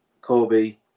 Kobe